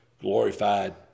glorified